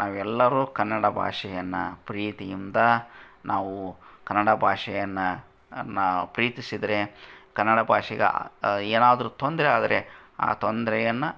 ನಾವೆಲ್ಲರೂ ಕನ್ನಡ ಭಾಷೆಯನ್ನ ಪ್ರೀತಿಯಿಂದ ನಾವು ಕನ್ನಡ ಭಾಷೆಯನ್ನ ಅನ್ನಾ ಪ್ರೀತಿಸಿದ್ದರೆ ಕನ್ನಡ ಭಾಷೆಗೆ ಏನಾದರು ತೊಂದ್ರೆಯಾದರೆ ಆ ತೊಂದ್ರೆಯನ್ನು